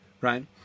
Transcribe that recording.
right